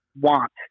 want